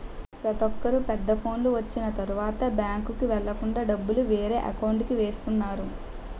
ప్రతొక్కరు పెద్ద ఫోనులు వచ్చిన తరువాత బ్యాంకుకి వెళ్ళకుండా డబ్బులు వేరే అకౌంట్కి వేస్తున్నారు